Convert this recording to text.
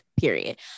period